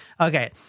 Okay